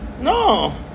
No